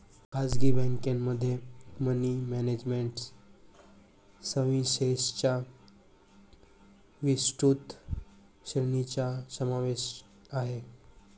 खासगी बँकेमध्ये money management सर्व्हिसेसच्या विस्तृत श्रेणीचा समावेश आहे